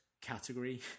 category